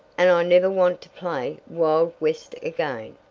and i never want to play wild west again!